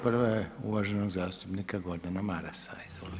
Prva je uvaženog zastupnika Gordana Marasa.